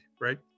right